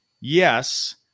yes